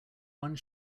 one